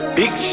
big